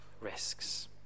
risks